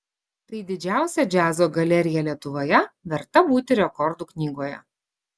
tai didžiausia džiazo galerija lietuvoje verta būti rekordų knygoje